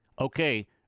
okay